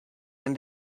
and